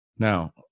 Now